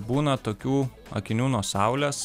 būna tokių akinių nuo saulės